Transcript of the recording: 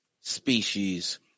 species